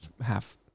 half